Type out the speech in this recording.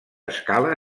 escala